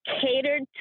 catered